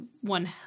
one